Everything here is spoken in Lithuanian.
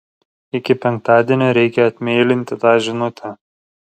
iki penktadienio reikia atmeilinti tą žinutę